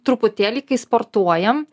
truputėlį kai sportuojam